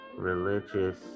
religious